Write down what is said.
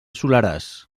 soleràs